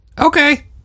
Okay